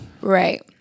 Right